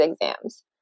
exams